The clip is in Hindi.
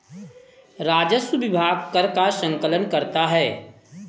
राजस्व विभाग कर का संकलन करता है